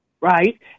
right